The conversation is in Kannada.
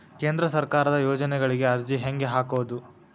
ಕೇಂದ್ರ ಸರ್ಕಾರದ ಯೋಜನೆಗಳಿಗೆ ಅರ್ಜಿ ಹೆಂಗೆ ಹಾಕೋದು?